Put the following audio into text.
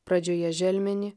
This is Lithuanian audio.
pradžioje želmenį